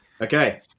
okay